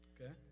Okay